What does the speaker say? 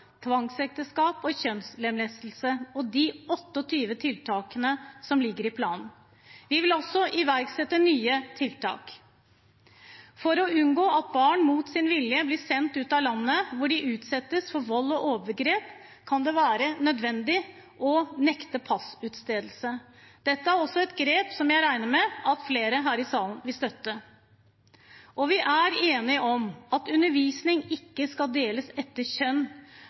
tvangsekteskap og kjønnslemlestelse og de 28 tiltakene som ligger i planen. Vi vil også iverksette nye tiltak. For å unngå at barn mot sin vilje blir sendt ut av landet, hvor de utsettes for vold og overgrep, kan det være nødvendig å nekte passutstedelse. Dette er også et grep som jeg regner med flere her i salen vil støtte. Vi er enige om at undervisning ikke skal deles etter kjønn